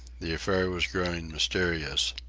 the affair was growing mysterious.